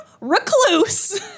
recluse